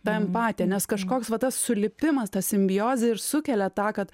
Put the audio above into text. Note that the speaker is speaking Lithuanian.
ta empatija nes kažkoks va tas sulipimas ta simbiozė ir sukelia tą kad